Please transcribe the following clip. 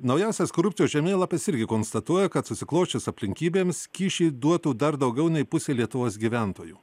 naujausias korupcijos žemėlapis irgi konstatuoja kad susiklosčius aplinkybėms kyšį duotų dar daugiau nei pusė lietuvos gyventojų